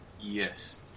yes